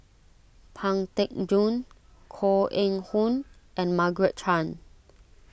Pang Teck Joon Koh Eng Hoon and Margaret Chan